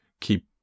keep